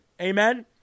Amen